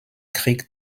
krieg